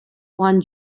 one